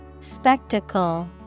Spectacle